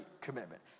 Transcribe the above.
commitment